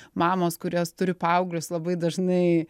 mamos kurios turi paauglius labai dažnai